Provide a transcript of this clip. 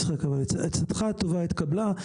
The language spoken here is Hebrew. עצתך הטובה התקבלה,